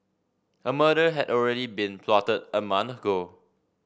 a murder had already been plotted a month ago